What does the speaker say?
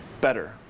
better